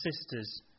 sisters